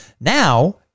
Now